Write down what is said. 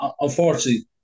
unfortunately